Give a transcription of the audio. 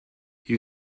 you